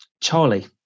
Charlie